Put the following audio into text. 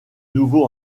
nouveau